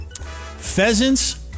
pheasants